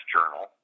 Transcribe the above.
Journal